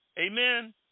Amen